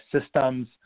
Systems